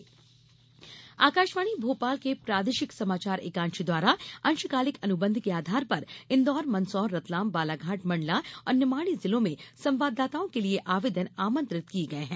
अंशकालिक संवाददाता आकाशवाणी भोपाल के प्रादेशिक समाचार एकांश द्वारा अंशकालिक अनुबंध के आधार पर इन्दौर मंदसौर रतलाम बालाघाट मंडला और निवाड़ी जिलों में संवाददाताओं के लिये आवेदन आमंत्रित किये गये हैं